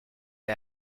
est